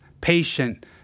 patient